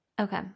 Okay